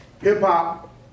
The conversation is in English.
Hip-hop